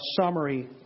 summary